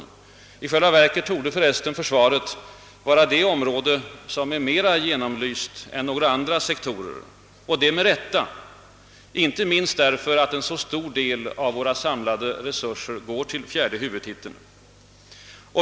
Ja, i själva verket torde försvaret vara ett område som är mera genomlyst än andra sektorer — och det med rätta, inte minst därför att en så stor del av våra samlade resurser går till fjärde huvudtiteln.